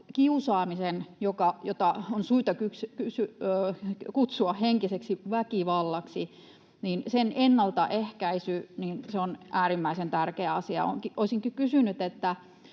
kiusaamisen, jota on syytä kutsua henkiseksi väkivallaksi, ennaltaehkäisy on äärimmäisen tärkeä asia. Olisinkin kysynyt: